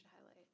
highlight